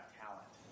talent